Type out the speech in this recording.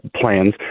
plans